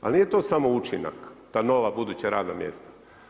Ali nije to samo učinak ta nova buduća radna mjesta.